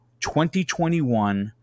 2021